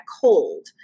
cold